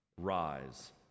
Rise